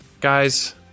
guys